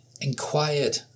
inquired